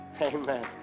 Amen